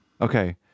Okay